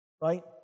right